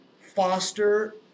foster